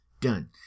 done